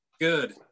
Good